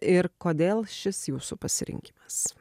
ir kodėl šis jūsų pasirinkimas